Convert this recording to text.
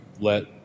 let